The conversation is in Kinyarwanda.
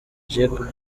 jack